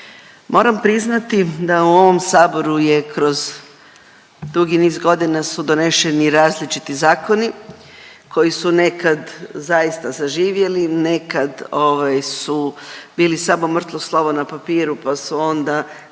Moram priznati da u ovom saboru je kroz dugi niz godina su doneseni različiti zakoni koji su nekad zaista zaživjeli, nekad ovaj su bili samo mrtvo slovo na papiru pa su onda